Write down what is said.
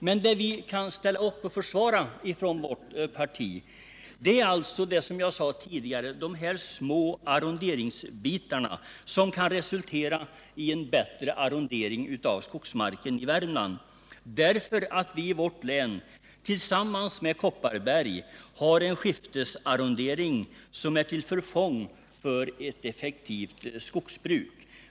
Det vårt parti kan ställa upp och försvara är, som jag sade tidigare, de små arronderingsbitarna som kan resultera i en bättre arrrondering av skogsmarken i Värmland. Vi har i vårt län tillsammans med Kopparbergs län en skiftesarrondering som är till förfång för ett effektivt skogsbruk.